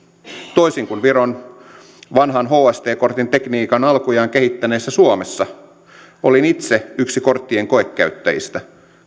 toisin kuin viron vanhan hst kortin tekniikan alkujaan kehittäneessä suomessa olin itse yksi korttien koekäyttäjistä